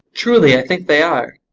truly, i think they are.